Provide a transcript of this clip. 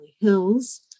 Hills